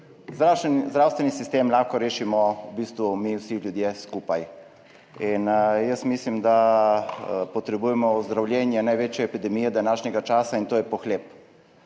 Zdravstveni sistem lahko rešimo v bistvu vsi skupaj. In jaz mislim, da potrebujemo ozdravljenje največje epidemije današnjega časa, in to je pohlep.